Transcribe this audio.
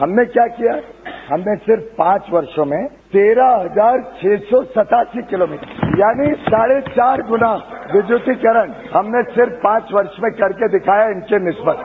हमने क्या किया हमने सिर्फ पांच वर्षो में तेरह हजार छह सौ सत्तासी किलोमीटर यानि साढ़े चार गुणा विद्युतीकरण हमने सिर्फ पांच वर्ष में करके दिखाया हमने इस वक्त